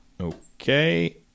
okay